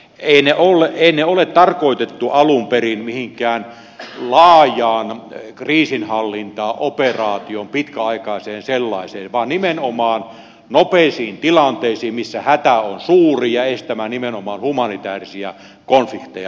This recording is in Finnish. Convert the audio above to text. ei niitä ole tarkoitettu alun perin mihinkään laajaan kriisinhallintaoperaatioon pitkäaikaiseen sellaiseen vaan nimenomaan nopeisiin tilanteisiin missä hätä on suuri ja estämään nimenomaan humanitäärisiä konflikteja